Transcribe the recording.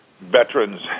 veterans